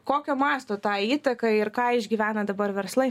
kokio masto ta įtaka ir ką išgyvena dabar verslai